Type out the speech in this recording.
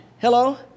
Hello